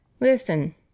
listen